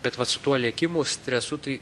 bet vat su tuo lėkimu stresu tai